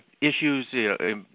issues